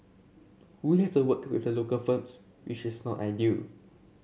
we have to work with the local firms which is not ideal